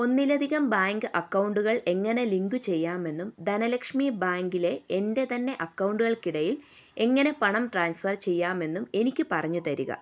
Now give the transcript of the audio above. ഒന്നിലധികം ബാങ്ക് അക്കൗണ്ടുകൾ എങ്ങനെ ലിങ്കു ചെയ്യാമെന്നും ധനലക്ഷ്മി ബാങ്കിലെ എൻ്റെ തന്നെ അക്കൗണ്ടുകൾക്കിടയിൽ എങ്ങനെ പണം ട്രാൻസ്ഫർ ചെയ്യാമെന്നും എനിക്ക് പറഞ്ഞു തരിക